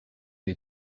you